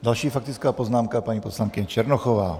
Další faktická poznámka, paní poslankyně Černochová. .